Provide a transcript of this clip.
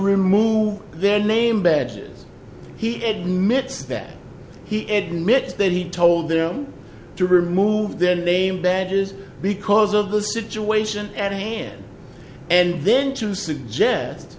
remove their name badges he admits that he edits then he told them to remove their name badges because of the situation at hand and then to suggest